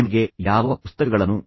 ನಿಮಗೆ ಯಾವ ಪುಸ್ತಕಗಳನ್ನು ನೀಡಲಾಗಿದೆ